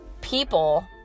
people